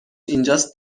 اینجاست